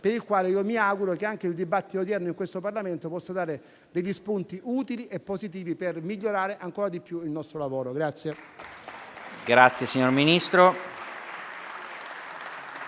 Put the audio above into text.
al quale mi auguro che anche il dibattito odierno in questo Parlamento possa offrire spunti utili e positivi per migliorare ancora di più il nostro lavoro.